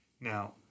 Now